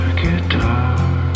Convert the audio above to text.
guitar